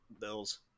Bills